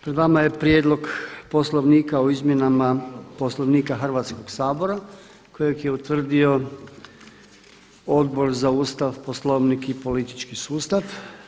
Pred vama je prijedlog Poslovnika o izmjenama Poslovnika Hrvatskog sabora kojeg je utvrdio Odbor za Ustav, Poslovnik i politički sustav.